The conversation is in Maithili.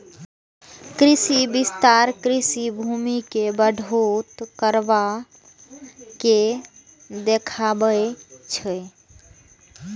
कृषि विस्तार कृषि भूमि के बढ़ैत रकबा के देखाबै छै